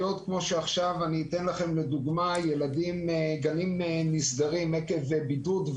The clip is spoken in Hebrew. אתן לכם דוגמה שגני ילדים נסגרים עקב בידוד.